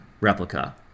replica